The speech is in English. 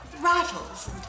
rattles